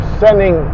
sending